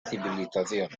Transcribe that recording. civilización